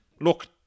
Look